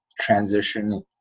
transition